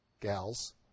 gals